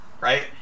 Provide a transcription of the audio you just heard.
right